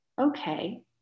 okay